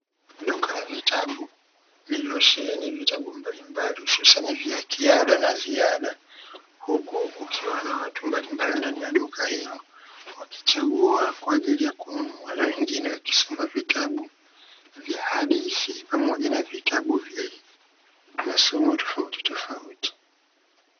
Duka la vitabu lililosheheni vitabu mbalimbali hususani vya kiada na ziada, huku kukiwa na watu mbalimbali ndani ya duka hilo wakichagua kwa ajili ya kununua na wengine wakisoma vitabu vya hadithi pamoja na vitabu vya masomo tofautitofauti.